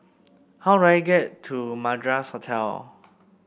how do I get to Madras Hotel